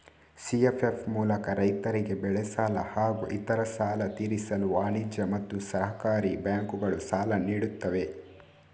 CFF ಮೂಲಕ ರೈತರಿಗೆ ಬೆಳೆ ಸಾಲ ಹಾಗೂ ಇತರೆ ಸಾಲ ತೀರಿಸಲು ವಾಣಿಜ್ಯ ಮತ್ತು ಸಹಕಾರಿ ಬ್ಯಾಂಕುಗಳು ಸಾಲ ನೀಡುತ್ತವೆ